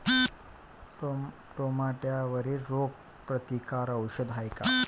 टमाट्यावरील रोग प्रतीकारक औषध हाये का?